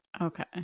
okay